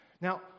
Now